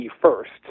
first